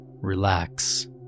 Relax